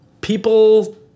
people